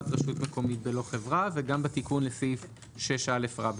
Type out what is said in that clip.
רשות מקומית ולא חברה וגם בתיקון לסעיף 6א(ב).